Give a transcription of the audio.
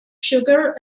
sugar